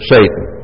Satan